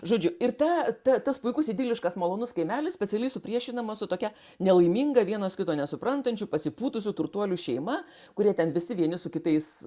žodžiu ir ta ta tas puikus idiliškas malonus kaimelis specialiai supriešinamas su tokia nelaiminga vienas kito nesuprantančių pasipūtusių turtuolių šeima kurie ten visi vieni su kitais